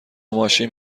ماشین